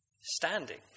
standing